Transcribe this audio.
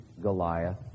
Goliath